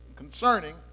concerning